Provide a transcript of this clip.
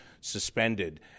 suspended